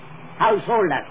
householders